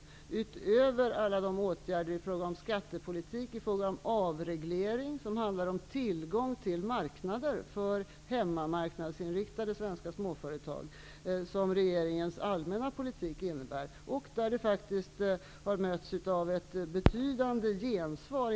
Därtill kommer alla de åtgärder i fråga om skattepolitik och i fråga om avreglering -- som handlar om tillgång till marknader för hemmamarknadsinriktade svenska småföretag -- som regeringens allmänna politik innebär och som har mött ett betydande gensvar.